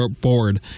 board